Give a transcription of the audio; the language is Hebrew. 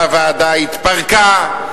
והוועדה התפרקה,